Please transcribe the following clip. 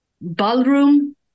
Ballroom